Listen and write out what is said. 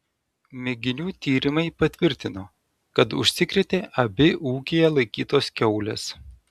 mėginių tyrimai patvirtino kad užsikrėtė abi ūkyje laikytos kiaulės